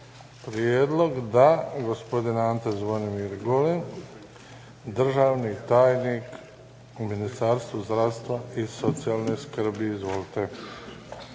prijedlog? Da. Gospodin Ante Zvonimir Golem, državni tajnik u Ministarstvu zdravstva i socijalne skrbi, izvolite.